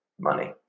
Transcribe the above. money